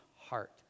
heart